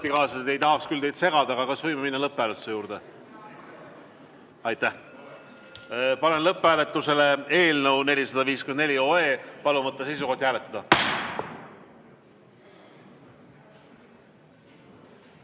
ametikaaslased, ei tahaks küll teid segada, aga kas võime minna lõpphääletuse juurde? Aitäh! Panen lõpphääletusele eelnõu 454. Palun võtta seisukoht ja hääletada!